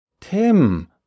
Tim